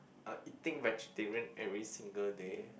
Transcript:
are eating vegetarian every single day